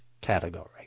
category